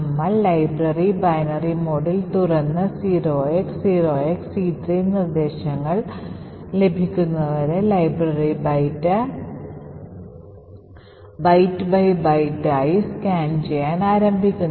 നമ്മൾ library binary മോഡിൽ തുറന്ന് 0x0XC3 നിർദ്ദേശങ്ങൾ ലഭിക്കുന്നതുവരെ ലൈബ്രറി ബൈറ്റ് ബൈ ബൈറ്റ് ആയി സ്കാൻ ചെയ്യാൻ ആരംഭിക്കുന്നു